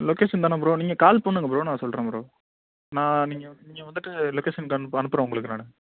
location தான bro நீங்கள் call பண்ணுங்க ப்ரோ நான் சொல்கிறேன் ப்ரோ நான் நீங்கள் நீங்கள் வந்துட்டு லொக்கேஷன் அனுப்புகிறேன் உங்களுக்கு நான்